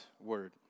word